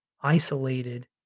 isolated